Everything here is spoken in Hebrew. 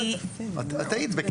את היית.